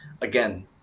again